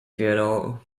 theodore